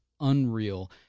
unreal